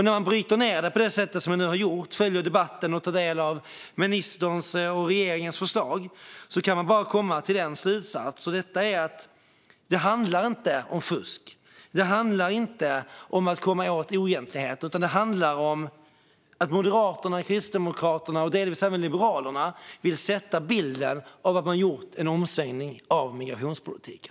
När man bryter ned det på det sätt som jag nu gjort, följer debatten och tar del av ministerns och regeringens förslag kan man bara komma till en slutsats: att det inte handlar om fusk eller att komma åt oegentligheter utan om att Moderaterna, Kristdemokraterna och delvis även Liberalerna vill ge intryck av att ha gjort en omsvängning i migrationspolitiken.